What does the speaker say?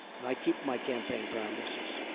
and i keep my campaign promises.